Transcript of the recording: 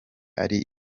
ari